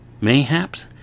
Mayhaps